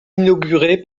inauguré